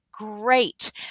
great